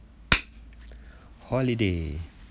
holiday